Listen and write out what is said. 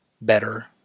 better